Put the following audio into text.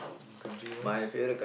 mean country wise